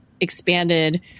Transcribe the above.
expanded